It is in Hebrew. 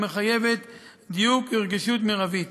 המחייבת דיוק ורגישות מרבית.